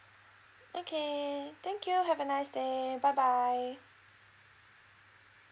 okay thank you have a nice day bye bye